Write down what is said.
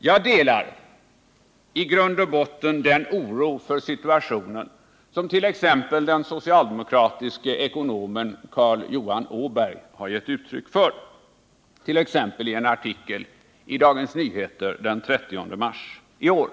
Jag delar i grund och botten den oro för situationen som t.ex. den socialdemokratiske ekonomen Carl Johan Åberg har gett uttryck för, bl.a. i en artikel i Dagens Nyheter den 30 mars i år.